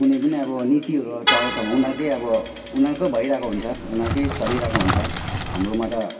कुनै पनि अब नीतिहरू चलाउँछ उनीहरूकै अब उनीहरूकै भइरहेको हुन्छ उनीहरूकै चलिरहेको हुन्छ हाम्रोमा त